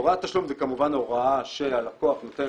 הוראת תשלום זה כמובן הוראה שהלקוח נותן